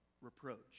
reproach